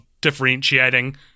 differentiating